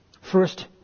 First